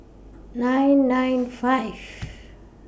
nine nine five